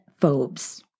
phobes